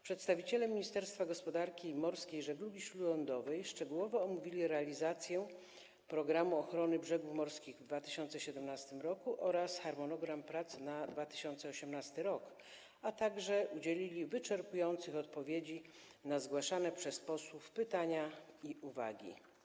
Przedstawiciele Ministerstwa Gospodarki Morskiej i Żeglugi Śródlądowej szczegółowo omówili realizację „Programu ochrony brzegów morskich” w 2017 r. oraz harmonogram prac na 2018 r., a także udzielili wyczerpujących odpowiedzi dotyczących zgłaszanych przez posłów pytań i uwag.